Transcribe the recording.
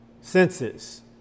senses